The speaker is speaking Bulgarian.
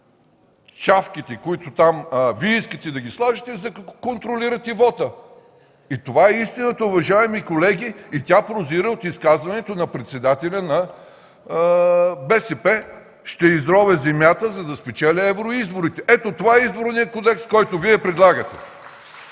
чавките, които там Вие искате да сложите, за да контролирате вота. Това е истината, уважаеми колеги, и тя прозира от изказването на председателя на БСП: „Ще изровя земята, за да спечеля евроизборите!” Ето, това е Изборният кодекс, който Вие предлагате. (Реплики: